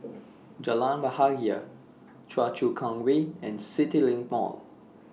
Jalan Bahagia Choa Chu Kang Way and CityLink Mall